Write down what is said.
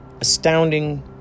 astounding